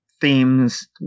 themes